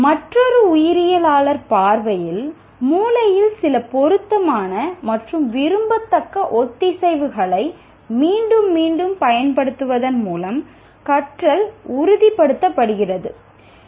மற்றொரு உயிரியலாளர் பார்வையில் "மூளையில் சில பொருத்தமான மற்றும் விரும்பத்தக்க ஒத்திசைவுகளை மீண்டும் மீண்டும் பயன்படுத்துவதன் மூலம் கற்றல் உறுதிப்படுத்தப்படுகிறது"